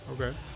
Okay